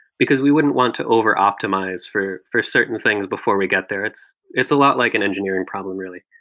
because we wouldn't want to over optimize for for certain things before we get there. it's it's a lot like an engineering problem really.